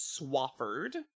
Swafford